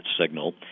signal